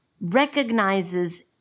recognizes